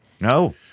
No